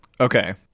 Okay